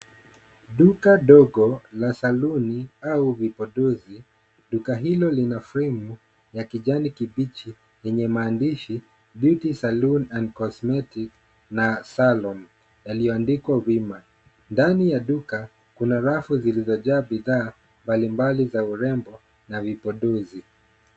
Duka ndogo, la saluni au vipodozi, duka hilo lina fremu ya kijani kibichi yenye maandishi, Duty Saloon & Cosmetic na Salon, yaliyoandikwa wima. Ndani ya duka kuna rafu zilizojaa bidhaa mbalimbali za urembo na vipodozi.